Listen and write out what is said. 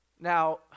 Now